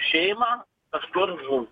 šeimą kažkur